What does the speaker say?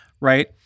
right